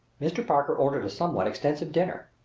mr. parker ordered a somewhat extensive dinner.